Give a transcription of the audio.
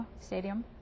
Stadium